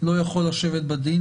לא יכול לשבת בדין,